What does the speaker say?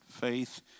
Faith